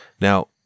Now